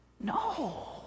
No